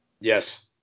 Yes